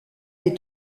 des